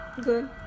good